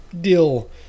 deal